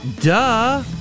duh